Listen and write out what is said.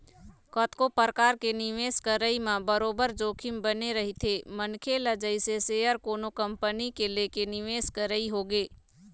कतको परकार के निवेश करई म बरोबर जोखिम बने रहिथे मनखे ल जइसे सेयर कोनो कंपनी के लेके निवेश करई होगे